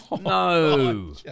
No